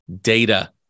data